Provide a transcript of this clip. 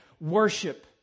worship